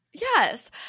Yes